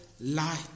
light